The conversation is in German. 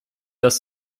das